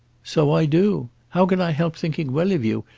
so i do. how can i help thinking well of you,